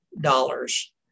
dollars